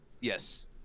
Yes